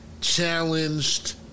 challenged